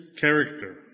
character